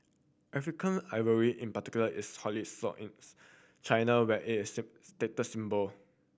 African ivory in particular is highly sought in China where it is status symbol